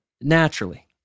naturally